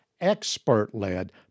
expert-led